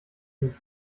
die